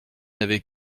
n’avais